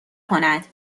کند